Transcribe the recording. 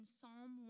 Psalm